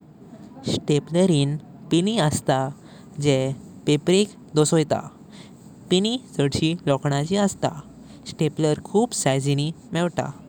स्टेपलरिन पिनी अस्तां जे पेपरिक दोनसयीतां। पिनी छडशी लोकांचे अस्तां। स्टेपलर खूप सिजिनीं मेवता।